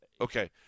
Okay